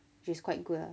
which is quite good ah